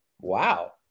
Wow